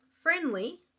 friendly